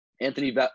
Anthony